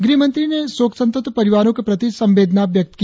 गृहमंत्री ने शोकसंतप्त परिवारों के प्रति संवेदना व्यक्त की